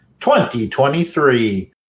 2023